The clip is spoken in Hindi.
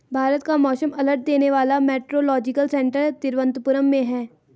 भारत का मौसम अलर्ट देने वाला मेट्रोलॉजिकल सेंटर तिरुवंतपुरम में है